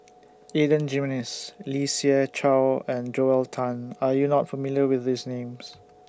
Adan Jimenez Lee Siew Choh and Joel Tan Are YOU not familiar with These Names